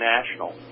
National